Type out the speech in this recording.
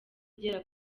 igera